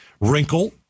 wrinkle